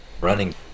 running